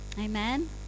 Amen